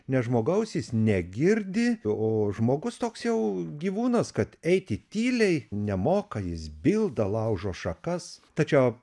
nes žmogaus jis negirdi o žmogus toks jau gyvūnas kad eiti tyliai nemoka jis bilda laužo šakas tačiau